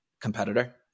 competitor